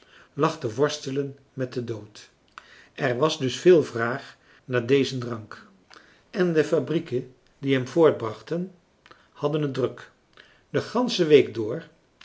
lag te worstelen met den dood er was françois haverschmidt familie en kennissen dus veel vraag naar dezen drank en de fabrieken die hem voortbrachten hadden het druk de gansche week door